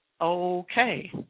okay